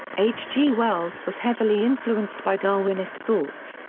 h. g. wells was heavily influenced by darwinist thoughts,